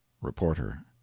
reporter